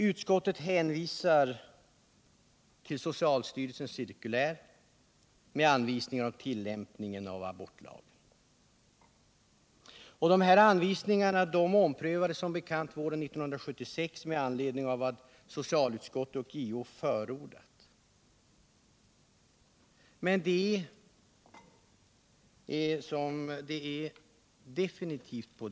Utskottet hänvisar till socialstyrelsens cirkulär med anvisningar om tillämpningen av abortlagen. Dessa anvisningar omprövades som bekant våren 1976 med anledning av vad socialutskottet och JO förordat.